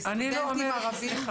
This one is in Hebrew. סטודנטים ערבים.